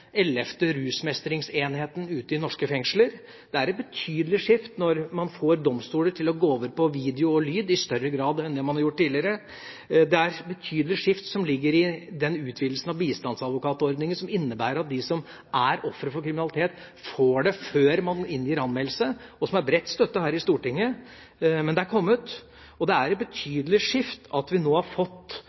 ellevte rusmestringsenheten ute i norske fengsler. Det er et betydelig skifte når man får domstoler til å gå over til video og lyd i større grad enn det man har gjort tidligere. Det er et betydelig skifte som ligger i den utvidelsen av bistandsadvokatordningen som innebærer at de som er ofre for kriminalitet, får vite om denne før man inngir anmeldelse – det er bredt støttet her i Stortinget, og det er altså kommet. Og det er et betydelig skifte at vi nå har fått